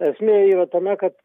esmė yra tame kad